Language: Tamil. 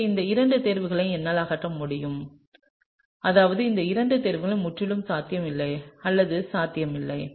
எனவே இந்த இரண்டு தேர்வுகளையும் என்னால் அகற்ற முடியும் அதாவது இந்த இரண்டு தேர்வுகளும் முற்றிலும் சாத்தியமில்லை அல்லது சாத்தியமில்லை